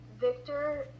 Victor